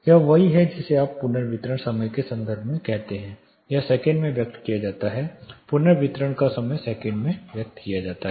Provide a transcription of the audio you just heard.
यह वही है जिसे आप पुनर्वितरण समय के संदर्भ में कहते हैं यह सेकंड में व्यक्त किया जाता है पुनर्वितरण का समय सेकंड में व्यक्त किया गया है